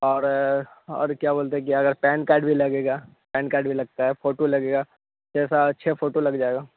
और और क्या बोलते है कि अगर पैन कार्ड भी लगेगा पैन कार्ड भी लगता है फोटो लगेगा वैसा छः फोटो लग जाएगा